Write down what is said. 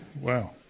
Wow